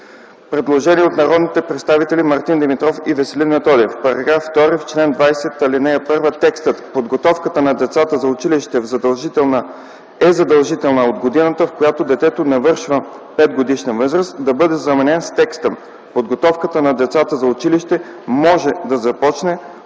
Предложение от народните представители Мартин Димитров и Веселин Методиев: В § 2, в чл. 20, ал. 1 текстът: „Подготовката на децата за училище е задължителна от годината, в която детето навършва 5-годишна възраст” да бъде заменен с текста: „Подготовката на децата за училище може да започне